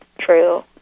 true